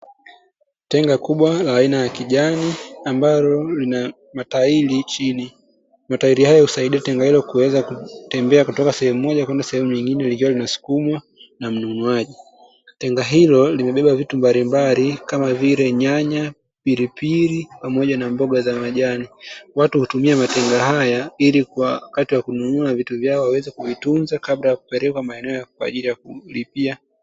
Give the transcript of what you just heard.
Tenga kubwa la aina ya kijani ambalo lina matairi chini, matairi hayo husaidia tenga hilo kuweza kutembea kutoka sehemu moja kwenda sehemu nyingine, likiwa linasukumwa na mnunuaji, tenga hilo limebeba vitu mbalimbali, kama vile; nyanya, pilipili pamoja na mboga za majani, watu hutumia matenga haya ili wakati wa kununua vitu vyao waweze kuvitunza kabla ya kupeleka maeneo kwa ajili ya kulipia.